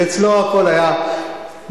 שאצלו הכול היה מושלם.